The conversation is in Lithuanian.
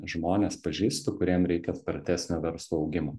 žmones pažįstu kuriem reikia spartesnio verslo augimo